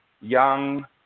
young